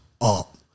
up